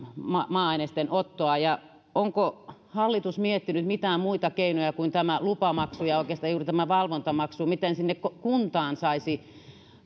maa ainesten ottoa onko hallitus miettinyt mitään muita keinoja kuin lupamaksu ja oikeastaan juuri valvontamaksu miten myös sinne kuntaan saisi